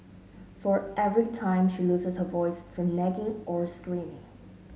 for every time she loses her voice from nagging or screaming